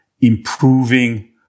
improving